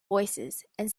voicesand